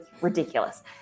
ridiculous